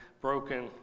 broken